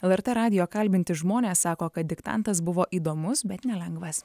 lrt radijo kalbinti žmonės sako kad diktantas buvo įdomus bet nelengvas